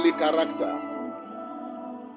character